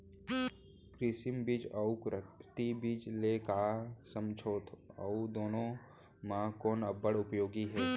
कृत्रिम बीज अऊ प्राकृतिक बीज ले का समझथो अऊ दुनो म कोन अब्बड़ उपयोगी हे?